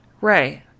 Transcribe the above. Right